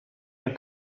nie